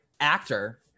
actor